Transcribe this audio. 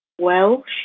Welsh